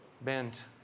bent